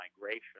migration